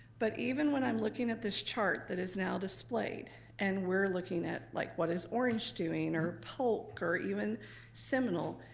but even when i'm looking at this chart that is now displayed and we're looking at like what is orange doing or polk or even seminole.